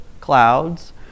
clouds